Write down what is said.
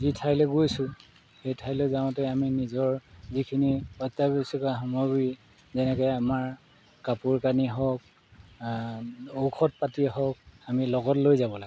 যি ঠাইলৈ গৈছোঁ সেই ঠাইলৈ যাওঁতে আমি নিজৰ যিখিনি অত্যাৱশ্যকীয় সামগ্ৰী যেনেকৈ আমাৰ কাপোৰ কানি হওক ঔষধ পাতিৰে হওক আমি লগত লৈ যাব লাগে